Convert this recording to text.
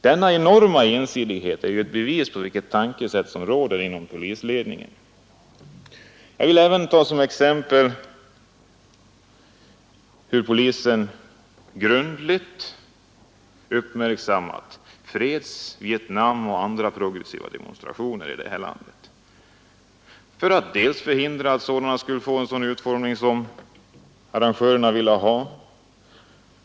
Denna enorma ensidighet är ett bevis på vilket tänkesätt som råder inom polisledningen. Jag vill även ta som exempel hur polisen grundligt uppmärksammat freds-, Vietnamoch andra progressiva demonstrationer i det här landet, bl.a. för att förhindra att de skulle få en sådan utformning som arrangörerna ville ha.